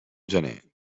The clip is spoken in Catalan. gener